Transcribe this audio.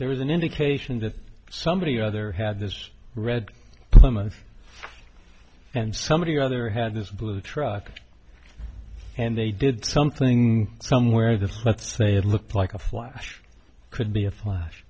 there was an indication that somebody other had this red plymouth and somebody either had this blue truck and they did something somewhere that let's say it looks like a flash could be a flash